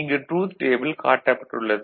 இங்கு truth table காட்டப்பட்டுள்ளது